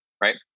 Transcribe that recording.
right